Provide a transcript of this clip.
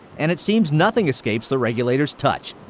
and it seems nothing escapes the regulators' touch.